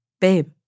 Babe